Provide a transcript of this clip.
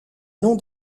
non